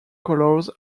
colors